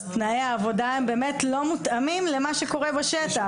אז תנאי העבודה באמת לא מותאמים למה שקורה בשטח.